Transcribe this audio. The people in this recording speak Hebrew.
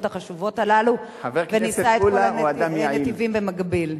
החשובות האלה והוא ניסה את כל הנתיבים במקביל.